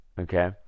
Okay